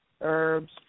herbs